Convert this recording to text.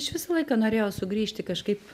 aš visą laiką norėjau sugrįžti kažkaip